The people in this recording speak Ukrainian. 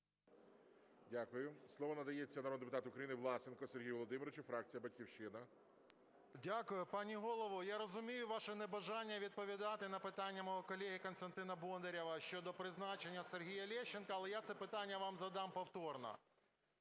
Дякую. Слово надається народному депутату України Власенку Сергію Володимировичу, фракція "Батьківщина". 11:05:19 ВЛАСЕНКО С.В. Дякую. Пані голово, я розумію ваше небажання відповідати на питання мого колеги Костянтина Бондарєва щодо призначення Сергія Лещенка, але я це питання вам задам повторно.